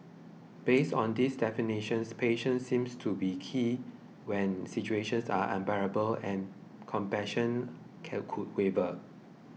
based on these definitions patience seems to be key when situations are unbearable and passion could waver